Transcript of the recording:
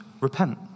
repent